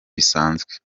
bisanzwe